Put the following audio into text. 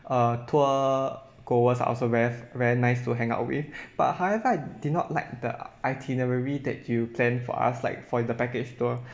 uh tour goers are also very very nice to hang out with but however I did not like the itinerary that you plan for us like for the package tour